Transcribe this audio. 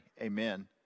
Amen